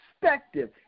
perspective